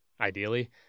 ideally